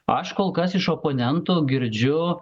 aš kol kas iš oponentų girdžiu